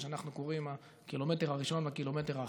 שאנחנו קוראים הקילומטר הראשון והקילומטר האחרון.